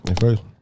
first